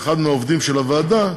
אחד מעובדי הוועדה,